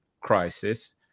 crisis